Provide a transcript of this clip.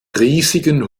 riesigen